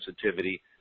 sensitivity